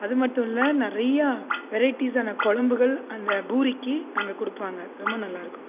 அது மட்டும் இல்லை நிறையா வெரைட்டிஸ்சான குழம்புகள் அந்த பூரிக்கு அங்கே கொடுப்பாங்க ரொம்ப நல்லாயிருக்கும்